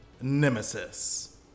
Nemesis